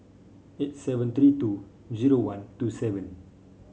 eight seven three two zero one two seven